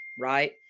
right